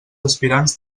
aspirants